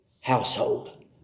household